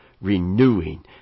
renewing